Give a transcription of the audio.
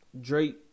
Drake